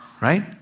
Right